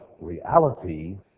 reality